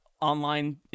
online